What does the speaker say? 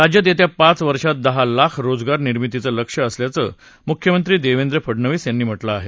राज्यात येत्या पाच वर्षात दहा लाख रोजगार निर्मितीचं लक्ष्य असल्याचं मुख्यमंत्री देवेंद्र फडनवीस यांनी म्हटलं आहे